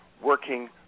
working